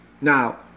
Now